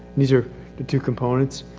these are the two components.